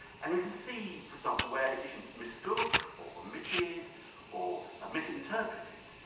and we can see for example, where editions mistook or omitted or misinterpreted.